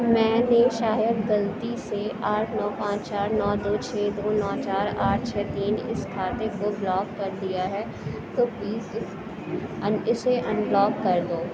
میں نے شاید غلطی سے آٹھ نو پانچ چار نو دو چھ دو نو چار آٹھ چھ تین اس کھاتے کو بلاک کر دیا ہے تو پلیز اسے ان بلاک کر دو